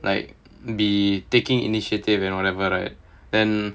like be taking initiative and whatever right then